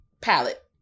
palette